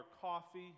coffee